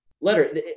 letter